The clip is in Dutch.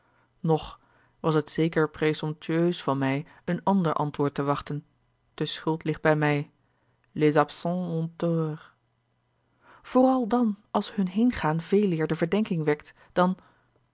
was het zeker presomptueus van mij een ander antwoord te wachten de schuld ligt bij mij les absens ont tort vooral dan als hun heengaan veeleer de verdenking wekt dan